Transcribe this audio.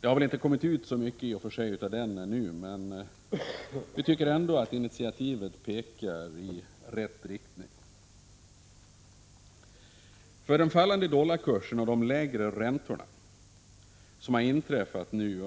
Det har i och för sig inte kommit ut så mycket av den ännu, men vi tycker ändå att initiativet pekar i rätt riktning. Den fallande dollarkursen och sänkningen av räntorna